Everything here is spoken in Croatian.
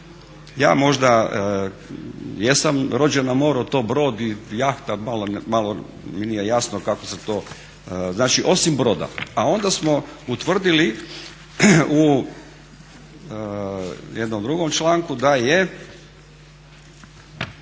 Ja možda jesam rođen na moru, to brod i jahta malo mi nije jasno kako se to, znači osim broda. A onda smo utvrdili u jednom drugom članku da je,